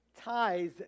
ties